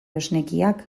esnekiak